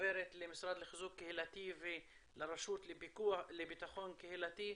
עוברת למשרד לחיזוק קהילתי ולרשות לביטחון קהילתי.